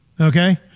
Okay